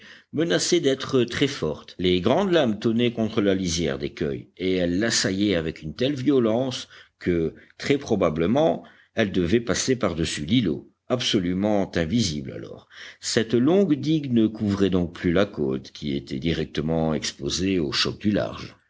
menaçait d'être très forte les grandes lames tonnaient contre la lisière d'écueils et elles l'assaillaient avec une telle violence que très probablement elles devaient passer par-dessus l'îlot absolument invisible alors cette longue digue ne couvrait donc plus la côte qui était directement exposée aux chocs du large